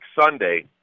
Sunday